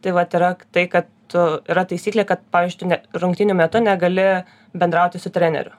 tai vat yra tai kad tu yra taisyklė kad pavyzdžiui tu ne rungtynių metu negali bendrauti su treneriu